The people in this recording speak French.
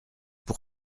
pour